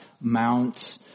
mounts